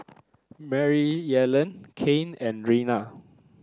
Maryellen Cain and Reina